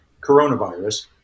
coronavirus